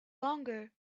longer